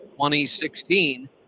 2016